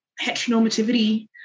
heteronormativity